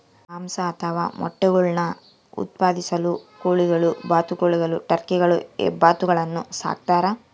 ಮಾಂಸ ಅಥವಾ ಮೊಟ್ಟೆಗುಳ್ನ ಉತ್ಪಾದಿಸಲು ಕೋಳಿಗಳು ಬಾತುಕೋಳಿಗಳು ಟರ್ಕಿಗಳು ಹೆಬ್ಬಾತುಗಳನ್ನು ಸಾಕ್ತಾರ